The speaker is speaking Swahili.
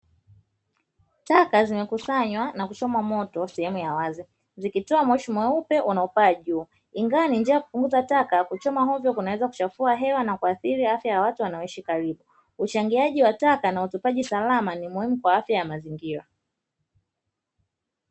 Taka zimekusanya na kuchomwa moto sehemu ya wazi, zikitoa moshi mweupe unaopaa juu. Ingawa ni njia ya kupunguza taka, kuchoma ovyo kunaweza kuchafua hewa na kuathiri afya ya watu wanaoishi karibu. Uchangiaji wa taka na utupaji salama ni muhimu kwa afya ya mazingira.